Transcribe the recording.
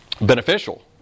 beneficial